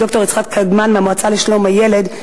ד"ר יצחק קדמן מהמועצה לשלום הילד,